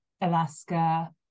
Alaska